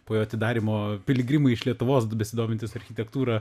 po jo atidarymo piligrimai iš lietuvos besidomintys architektūra